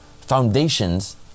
foundations